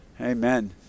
Amen